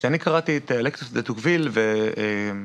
כשאני קראתי את אלקטרס דה תוגביל ו...